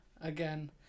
again